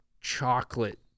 chocolate